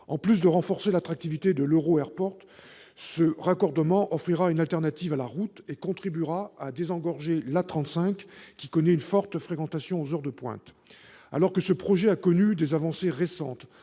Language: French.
En plus de renforcer l'attractivité de l'EuroAirport, ce raccordement offrira une alternative à la route et contribuera à désengorger l'A35, qui connaît une forte fréquentation aux heures de pointe. Alors que ce projet a connu des avancées récentes